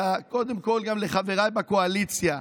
אלא קודם כול גם לחבריי בקואליציה,